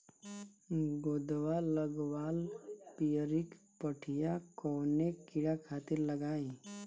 गोदवा लगवाल पियरकि पठिया कवने कीड़ा खातिर लगाई?